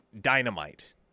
dynamite